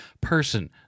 person